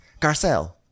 Garcelle